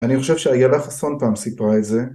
אני חושב שאיילה חסון פעם סיפרה את זה